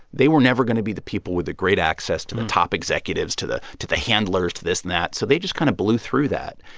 they were never going to be the people with the great access to the top executives, to the to the handlers, to this and that. so they just kind of blew through that.